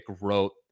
wrote